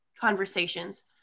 conversations